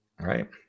Right